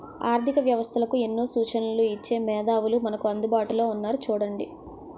ఆర్థిక వ్యవస్థలకు ఎన్నో సూచనలు ఇచ్చే మేధావులు మనకు అందుబాటులో ఉన్నారు చూడండి